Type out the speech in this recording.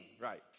right